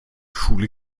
schule